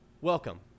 Welcome